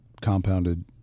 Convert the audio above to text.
compounded